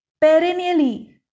perennially